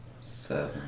Seven